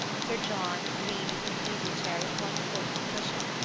sir john leaned in his easy chair with one foot on a cushion.